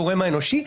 הגורם האנושי,